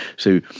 so,